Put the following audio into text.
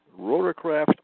rotorcraft